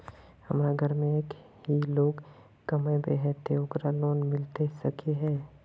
हमरा घर में एक ही लोग कमाबै है ते ओकरा लोन मिलबे सके है?